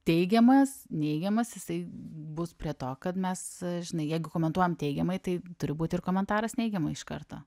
teigiamas neigiamas jisai bus prie to kad mes žinai jeigu komentuojam teigiamai tai turi būti ir komentaras neigiama iš karto